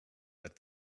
that